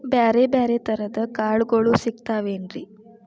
ಬ್ಯಾರೆ ಬ್ಯಾರೆ ತರದ್ ಕಾಳಗೊಳು ಸಿಗತಾವೇನ್ರಿ?